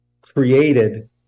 created